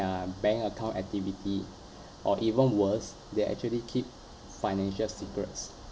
their bank account activity or even worse they actually keep financial secrets